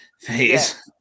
phase